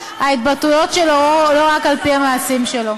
ההתבטאויות שלו ולא רק על-פי המעשים שלו.